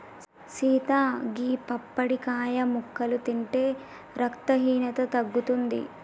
సీత గీ పప్పడికాయ ముక్కలు తింటే రక్తహీనత తగ్గుతుంది